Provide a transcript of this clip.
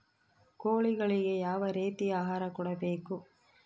ಕೋಳಿಗಳಿಗೆ ಯಾವ ರೇತಿಯ ಆಹಾರ ಕೊಡಬೇಕು?